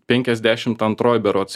penkiasdešimt antroj berods